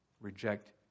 reject